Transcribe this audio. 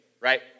right